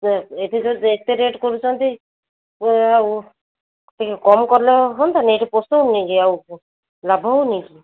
ଏ ଏଠି ତ ଯେତେ ରେଟ୍ କରୁଛନ୍ତି ଓ ଆଉ ଟିକେ କମ୍ କଲେ ହଅନ୍ତାନି ଏଠି ପୋଶଉନି କି ଆଉ ଲାଭ ହେଉନି କି